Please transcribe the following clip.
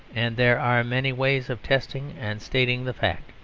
and there are many ways of testing and stating the fact.